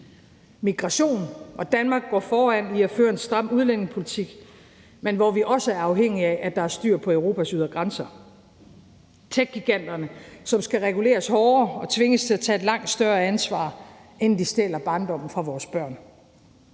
migration går Danmark foran ved at føre en stram udlændingepolitik, men vi er også afhængige af, at der er styr på Europas ydre grænser. Techgiganterne skal reguleres hårdere og tvinges til at tage et langt større ansvar, inden de stjæler barndommen fra vores børn.